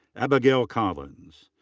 abigale collins.